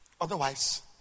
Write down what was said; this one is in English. Otherwise